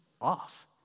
off